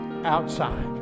outside